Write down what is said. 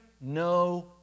no